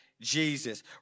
Jesus